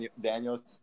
Daniel